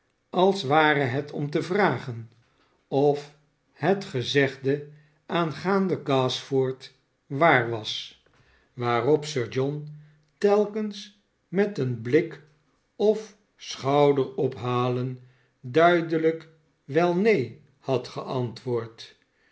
als ware het om te vragen of het gezegde aangaande gashford waar was waarop sir john telkens met een blik ofschouderophalen duidehjk swel neen had geantwoord